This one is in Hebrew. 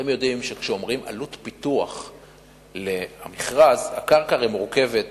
אתם יודעים שכשאומרים "עלות פיתוח למכרז" הדירה מורכבת